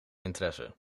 interesse